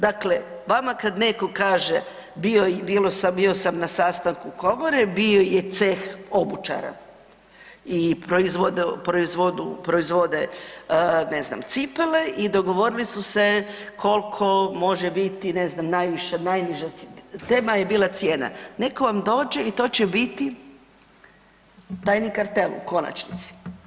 Dakle, vama kad neko kaže bio i bio sam na sastanku komore bio je ceh obućara i proizvode ne znam cipele i dogovorili su se koliko može biti ne znam najviša, najniža, tema je bila cijena, netko vam dođe i to će biti tajni kartel u konačnici.